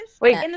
Wait